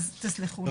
אז תסלחו לי.